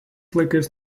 laikais